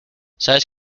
sabes